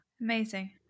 amazing